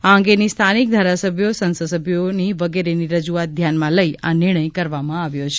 આ અંગેની સ્થાનિક ધારાસભ્યો સંસદ સભ્યોની વગેરેની રજૂઆત ધ્યાનમાં લઈ આ નિર્ણય કરવામાં આવ્યો છે